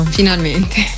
finalmente